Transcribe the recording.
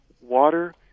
water